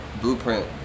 Blueprint